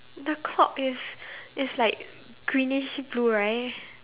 the clock is is like greenish blue right